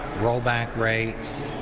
rollback rates.